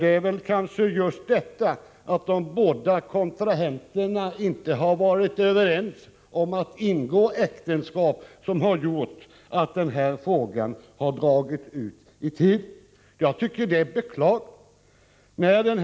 Det är kanske just detta att de båda kontrahenterna inte har varit överens om att ingå äktenskap som har gjort att frågan har dragit ut på tiden. Jag tycker att detta är beklagligt.